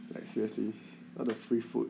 like seriously all the free food